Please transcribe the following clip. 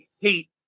hate